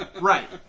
right